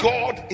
God